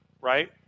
right